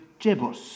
Jebus